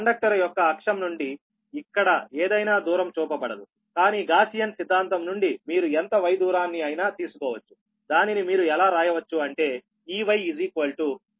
conductor యొక్క అక్షం నుండి ఇక్కడ ఏదైనా దూరం చూపబడదుకానీ గాసియన్ సిద్ధాంతం నుండి మీరు ఎంత y దూరాన్ని అయినా తీసుకోవచ్చుదానిని మీరు ఎలా రాయవచ్చు అంటే Eyq2π0y వోల్ట్ పర్ మీటర్